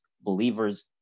believers